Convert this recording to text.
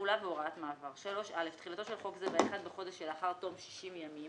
תחולה והוראת מעבר 3. (א)תחילתו של חוק זה ב־1 בחודש שלאחר תום 60 ימים